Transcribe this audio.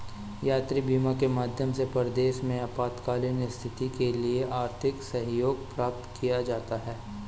यात्री बीमा के माध्यम से परदेस में आपातकालीन स्थितियों के लिए आर्थिक सहयोग प्राप्त किया जा सकता है